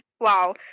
Wow